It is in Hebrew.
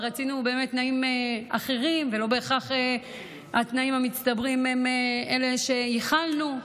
ורצינו באמת תנאים אחרים ולא בהכרח התנאים המצטברים הם אלה שייחלנו להם,